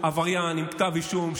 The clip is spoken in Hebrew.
עבריין עם כתב אישום,